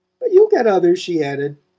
but you'll get others, she added,